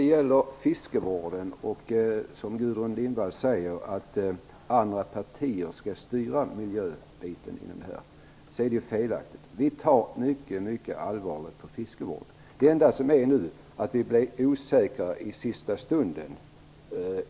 Herr talman! Gudrun Lindvall säger att andra partier har styrt miljöaspekten i fiskevården. Det är felaktigt. Vi tar mycket allvarligt på fiskevården. Vad som nu har hänt är att vi blivit osäkra i sista stund.